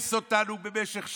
דורס אותנו במשך שנים,